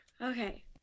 Okay